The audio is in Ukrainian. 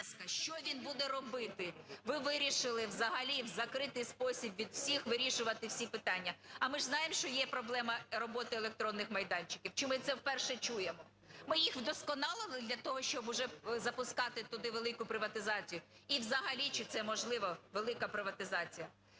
Що він буде робити? Ви вирішили взагалі в закритий спосіб від всіх вирішувати всі питання. А ми ж знаємо, що є проблема роботи електронних майданчиків, чи ми це вперше чуємо? Ми їх вдосконалили для того, щоб уже запускати туди велику приватизацію? І взагалі чи це можливо – велика приватизація